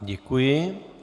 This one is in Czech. Děkuji.